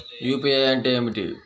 UPI అంటే ఏమిటీ?